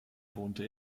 wohnte